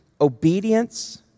obedience